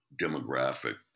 demographic